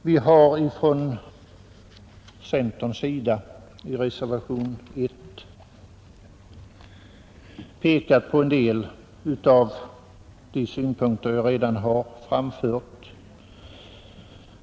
Vi har från centern i reservationen 1 pekat på en del av de synpunkter jag redan har framfört.